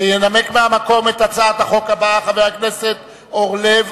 ינמק מהמקום את הצעת החוק הבאה חבר הכנסת זבולון